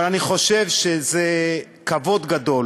אבל אני חושב שזה כבוד גדול